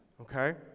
Okay